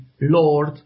lord